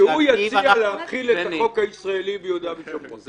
יציע להחיל את החוק הישראלי ביהודה ושומרון.